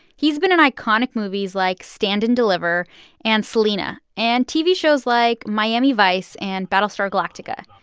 he's been in iconic movies like stand and deliver and selena and tv shows like miami vice and battlestar galactica.